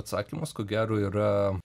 atsakymas ko gero yra